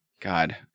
God